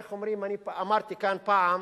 איך אומרים, אמרתי כאן פעם: